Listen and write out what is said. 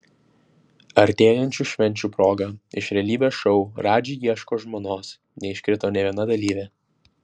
artėjančių švenčių proga iš realybės šou radži ieško žmonos neiškrito nė viena dalyvė